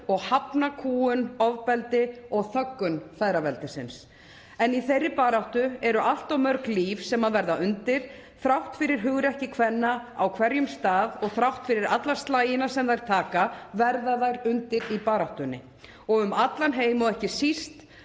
og hafna kúgun, ofbeldi og þöggun feðraveldisins. En í þeirri baráttu eru allt of mörg líf sem verða undir. þrátt fyrir hugrekki kvenna á hverjum stað og þrátt fyrir allan slagina sem þær taka verða þær undir í baráttunni. Um allan heim og ekki síst